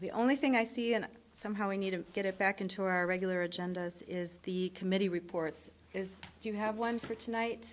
the only thing i see and somehow we need to get it back into our regular agenda is the committee reports do you have one for tonight